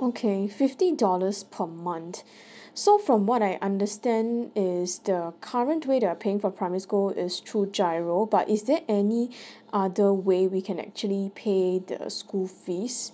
okay fifty dollars per month so from what I understand is the current way that I paying for primary school is through GIRO but is there any other way we can actually pay the school fees